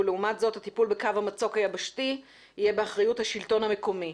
ולעומת זאת הטיפול בקו המצוק היבשתי יהיה באחריות השלטון המקומי.